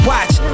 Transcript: Watch